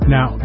Now